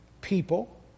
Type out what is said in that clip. people